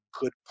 good